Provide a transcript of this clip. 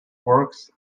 works